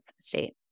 state